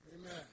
Amen